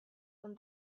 when